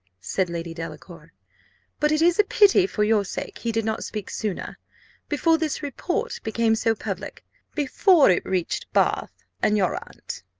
said lady delacour but it is a pity, for your sake, he did not speak sooner before this report became so public before it reached bath, and your aunt.